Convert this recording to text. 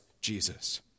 Jesus